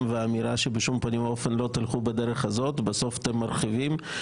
והאמירה שאתם בשום פנים ואופן לא תלכו בדרך הזאת ובסוף אתם מרחיבים.